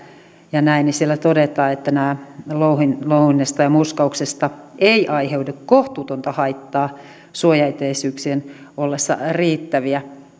ja näin todetaan että tästä louhinnasta ja murskauksesta ei aiheudu kohtuutonta haittaa suojaetäisyyksien ollessa riittäviä